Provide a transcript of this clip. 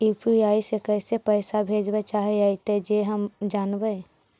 UPI से कैसे पैसा भेजबय चाहें अइतय जे हम जानबय?